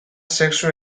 sexu